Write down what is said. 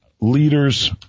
leaders